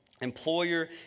employer